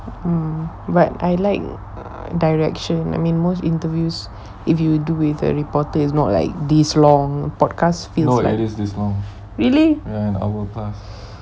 um but I like direction I mean most interviews if you do with a reporter is not like this long podcast you know like really